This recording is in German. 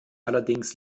allerdings